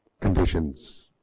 conditions